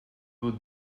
would